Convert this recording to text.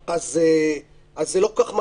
זה לא כל כך מעשי.